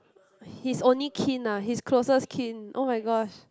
his only kin ah his closest kin [oh]-my-gosh